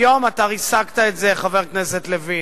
היום אתה ריסקת את זה, חבר הכנסת לוין.